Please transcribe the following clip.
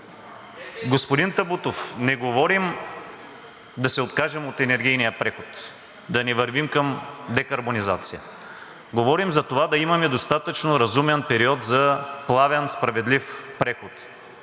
Господин Табутов, не говорим да се откажем от енергийния преход, да не вървим към декарбонизация. Говорим за това да имаме достатъчно разумен период за плавен, справедлив преход.